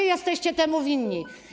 Wy jesteście temu winni.